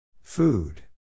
Food